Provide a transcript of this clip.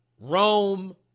Rome